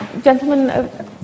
Gentlemen